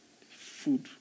Food